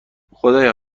خدایا